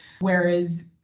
whereas